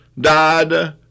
died